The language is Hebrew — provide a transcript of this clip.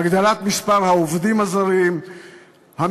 הגדלת מספר העובדים הזרים המקצועיים